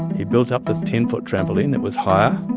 he built up this ten foot trampoline that was higher.